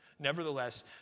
Nevertheless